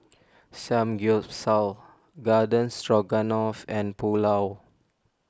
Samgyeopsal Garden Stroganoff and Pulao